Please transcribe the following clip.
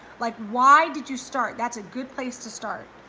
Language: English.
like, why did you start? that's a good place to start.